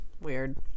weird